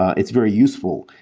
it's very useful,